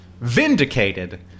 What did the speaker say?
vindicated